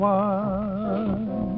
one